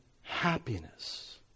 happiness